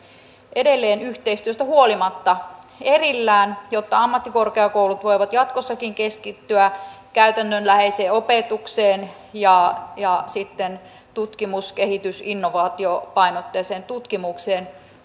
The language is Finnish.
edelleen yhteistyöstä huolimatta erillään jotta ammattikorkeakoulut voivat jatkossakin keskittyä käytännönläheiseen opetukseen ja ja tutkimus kehitys ja innovaatiopainotteiseen tutkimukseen